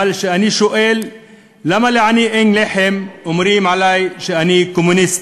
אבל כשאני שואל למה לעני אין לחם אומרים עלי שאני קומוניסט.